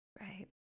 right